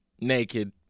naked